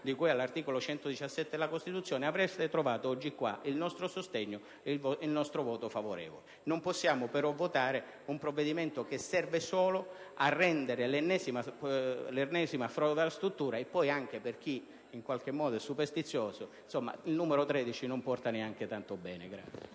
di cui all'articolo 117 della Costituzione, oggi, in quest'Aula, trovereste il nostro sostegno e il nostro voto favorevole. Non possiamo però votare un provvedimento che serve solo a creare l'ennesima sovrastruttura (e poi, per chi in qualche modo è superstizioso, il numero 13 non porta neanche tanto bene).